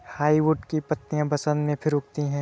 hardwood की पत्तियां बसन्त में फिर उगती हैं